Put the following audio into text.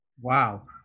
Wow